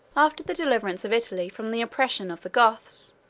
after the deliverance of italy from the oppression of the goths,